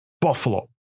Buffalo